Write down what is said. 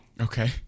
Okay